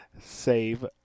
save